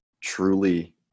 truly